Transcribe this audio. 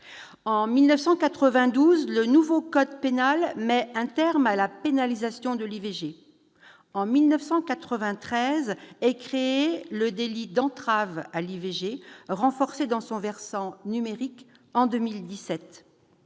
En 1992, le nouveau code pénal met un terme à la pénalisation de l'IVG. En 1993 est créé le délit d'entrave à l'IVG, renforcé dans son versant numérique en 2017.